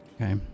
Okay